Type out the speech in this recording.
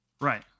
Right